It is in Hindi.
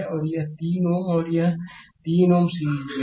और यह 3 Ω और यह 3 Ω सीरीज में है